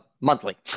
monthly